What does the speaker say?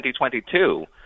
2022